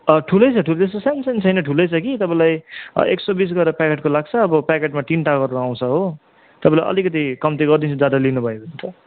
ठुलै छ ठुलै त्यस्तो सानसानो छैन ठुलै छ कि तपाईँलाई एक सौ बिस गरेर प्याकेटको लाग्छ अब प्याकेटमा तिनवटा गरेर आउँछ हो तपाईँले अलिकति कम्ती गरिदिन्छु ज्यादा लिनुभयो भने त